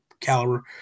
caliber